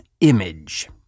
image